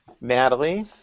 Natalie